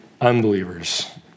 unbelievers